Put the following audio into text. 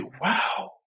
wow